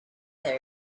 there